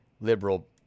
liberal